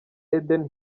eden